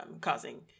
causing